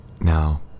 Now